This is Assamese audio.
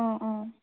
অঁ অঁ